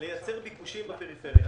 לייצר ביקושים בפריפריה